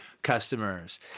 Customers